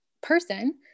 person